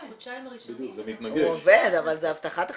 הוא עובד, אבל זה הבטחת הכנסה.